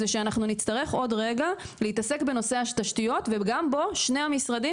זה שאנחנו נצטרך עוד רגע להתעסק בנושא התשתיות וגם בו שני המשרדים